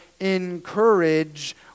encourage